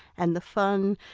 and the fun,